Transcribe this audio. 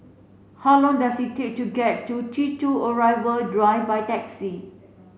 how long does it take to get to T two Arrival Drive by taxi